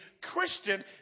Christian